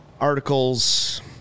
articles